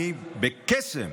אני בקסם